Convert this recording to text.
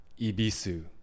Ibisu